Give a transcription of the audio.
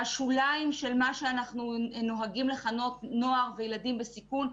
שהשוליים של מה שאנחנו נוהגים לכנות נוער וילדים בסיכון,